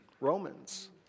Romans